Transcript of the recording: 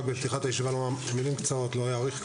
ביקשתי בתחילת הישיבה מילים קצרות ולא להאריך,